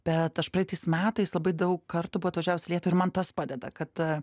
bet aš praeitais metais labai daug kartų buvau atvažiavus į lietuvą ir man tas padeda kad